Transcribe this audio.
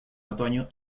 otoño